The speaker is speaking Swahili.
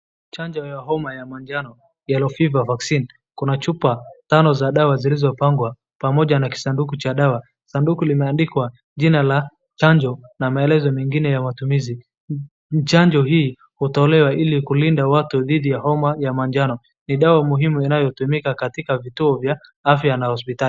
Chanjo ya homa ya manjano yellow fever vaccine kuna chupa tano za dawa zilizopangwa pamoja na kisanduku cha dawa, sanduku linaandikwa jina la chanjo na maelezo mengine ya matumizi, chanjo hii hutolewa ili kulinda watu dhidi ya homa ya manjano, ni dawa muhimu inayotumika katika vituo ya afya na hosiptali.